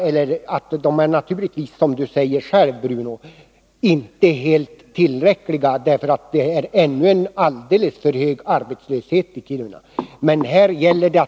De är naturligtvis inte, som också Bruno Poromaa säger, helt tillräckliga, för det är ännu en alldeles för hög arbetslöshet i Kiruna.